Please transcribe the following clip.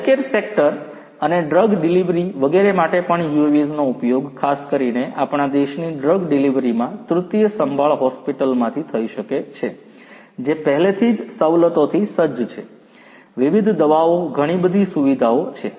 healthcare sector અને drug delivery વગેરે માટે પણ UAVs નો ઉપયોગ ખાસ કરીને આપણા દેશની ડ્રગ ડિલિવરીમાં તૃતીય સંભાળ હોસ્પિટલમાંથી થઈ શકે છે જે પહેલેથી જ સવલતોથી સજ્જ છે વિવિધ દવાઓ ઘણી બધી સુવિધાઓ છે